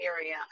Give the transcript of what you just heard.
area